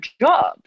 jobs